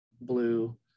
blue